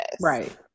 Right